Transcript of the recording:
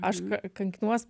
aš kankinuos